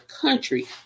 country